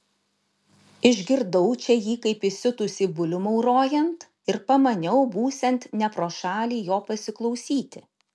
išgirdau čia jį kaip įsiutusį bulių maurojant ir pamaniau būsiant ne pro šalį jo pasiklausyti